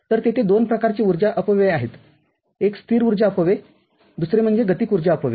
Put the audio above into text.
तर तेथे दोन प्रकारचे ऊर्जा अपव्यय आहेत एक स्थिर ऊर्जा अपव्ययदुसरे म्हणजे गतिक ऊर्जा अपव्यय